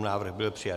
Návrh byl přijat.